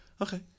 Okay